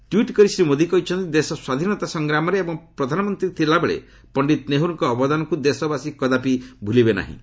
tweet କରି ଶ୍ରୀ ମୋଦି କହିଛନ୍ତି ଦେଶ ସ୍ୱାଧୀନତା ସଂଗ୍ରାମରେ ଏବଂ ପ୍ରଧାନମନ୍ତ୍ରୀ ଥିବାବେଳେ ପଶ୍ଚିତ ନେହେରୁଙ୍କ ଅବଦାନକୁ ଦେଶବାସୀ କଦାପି ଭୁଲିବେ ନାହିଁ